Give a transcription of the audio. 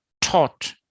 taught